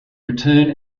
return